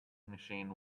machine